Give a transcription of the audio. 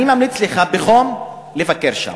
אני ממליץ לך בחום לבקר שם.